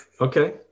okay